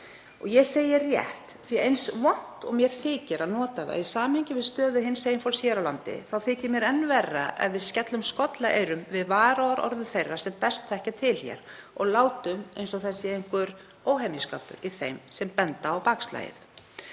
Ég segi rétt, því eins vont og mér þykir að nota það í samhengi við stöðu hinsegin fólks hér á landi þykir mér enn verra ef við skellum skollaeyrum við varúðarorðum þeirra sem best þekkja til hér og látum eins og það sé einhver óhemjuskapur í þeim sem benda á bakslagið.